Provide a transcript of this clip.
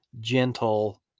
gentle